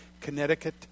Connecticut